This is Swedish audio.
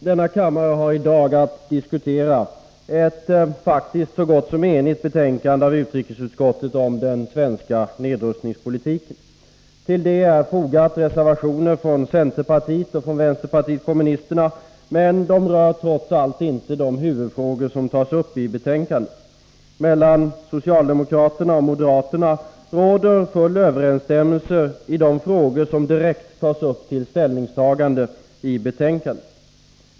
Denna kammare har i dag att diskutera ett faktiskt så gott som enigt betänkande från utrikesutskottet om den svenska nedrustningspolitiken. Till det har fogats reservationer från centerpartiet och från vänsterpartiet kommunisterna, men de rör trots allt inte de huvudfrågor som tas upp i betänkandet. Mellan socialdemokraterna och moderaterna råder full överensstämmelse i de frågor som direkt tas upp till ställningstagande i betänkandet.